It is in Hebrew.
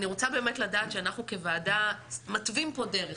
אני רוצה באמת לדעת שאנחנו כוועדה מתווים פה דרך,